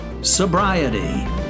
Sobriety